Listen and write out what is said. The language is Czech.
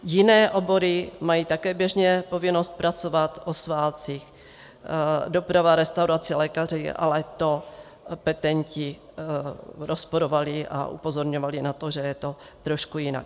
Jiné obory mají také běžně povinnost pracovat o svátcích, doprava, restaurace, lékaři, ale to petenti rozporovali a upozorňovali na to, že je to trošku jinak.